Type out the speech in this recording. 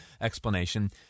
explanation